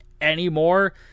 anymore